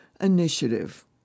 initiative